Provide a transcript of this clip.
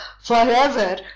forever